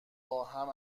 باهم